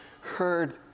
heard